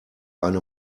eine